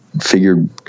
figured